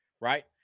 right